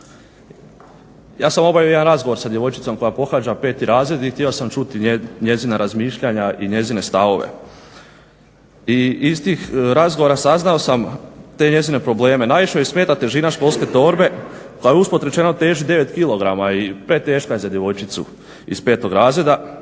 Ja sam obavio jedan razgovor sa djevojčicom koja pohađa 5. razred i htio sam čuti njezina razmišljanja i njezine stavove i iz tih razgovora saznao sam te njezine probleme. Najviše joj smeta težina školske torbe koja usput rečeno teži 9 kg i preteška je za djevojčicu iz 5. razreda